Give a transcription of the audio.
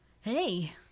hey